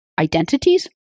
identities